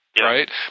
right